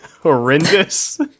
horrendous